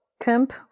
Camp